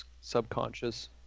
subconscious